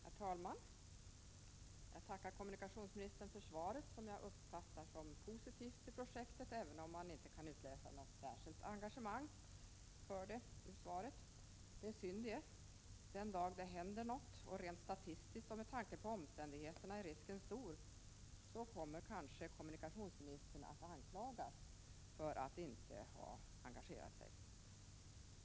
Herr talman! Jag tackar kommunikationsministern för svaret, som jag uppfattar som positivt till projektet, även om man inte kan utläsa något särskilt engagemang för det ur svaret. Det är synd. Den dag det händer något —- och rent statistiskt och med tanke på omständigheterna är risken stor — kommer kommunikationsministern kanske att anklagas för att inte ha engagerat sig.